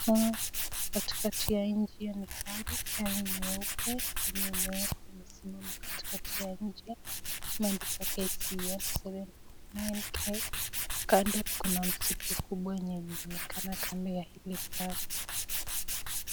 Hapa ni njia katika hii njia ni gari nyeupe alafu imesimama katika njia lenye number KCA 77k kando kuna msitu kubwa yenye inaonekana kando ya hili gari.